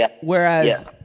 whereas